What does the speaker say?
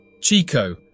Chico